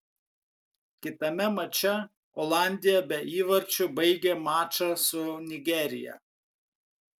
kitame mače olandija be įvarčių baigė mačą su nigerija